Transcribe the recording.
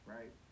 Right